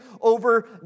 over